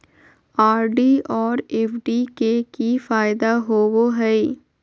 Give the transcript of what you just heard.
RD और FD के की फायदा होबो हइ?